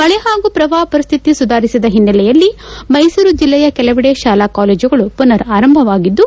ಮಳೆ ಹಾಗೂ ಪ್ರವಾಪ ಪರಿಸ್ಥಿತಿ ಸುಧಾರಿಸಿದ ಓನ್ನೆಲೆಯಲ್ಲಿ ಮೈಸೂರು ಜಿಲ್ಲೆಯ ಕೆಲವೆಡೆ ಶಾಲಾ ಕಾಲೇಜುಗಳು ಮನರ್ ಆರಂಭವಾಗಿದ್ದು